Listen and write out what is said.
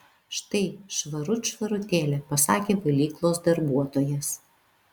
štai švarut švarutėlė pasakė valyklos darbuotojas